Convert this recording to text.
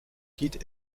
quitte